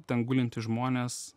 ten gulintys žmonės